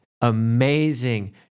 amazing